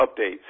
updates